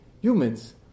humans